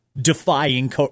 defying